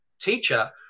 teacher